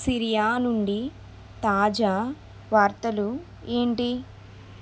Syria నుండి తాజా వార్తలు ఏంటి